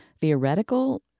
theoretical